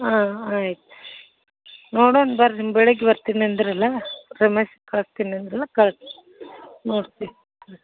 ಹಾಂ ಆಯ್ತು ನೋಡಣ ಬರ್ರಿ ಬೆಳಗ್ಗೆ ಬರ್ತೀನಿ ಅಂದ್ರಲ್ಲ ಸಿಮೆಂಟ್ ಹಾಕ್ತೀನಿ ಅಂದ್ರಲ್ಲ ಕಳಿಸಿ ನೋಡ್ತೀವಿ